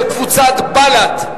של קבוצת בל"ד.